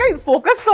focus